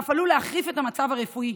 "ואף עלול להחריף את המצב הרפואי,